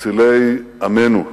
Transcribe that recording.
מצילי עמנו.